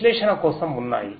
విశ్లేషణ కోసం ఉన్నాయి